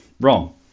wrong